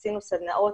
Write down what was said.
עשינו סדנאות,